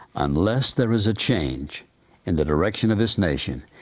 unless there is a change in the direction of this nation,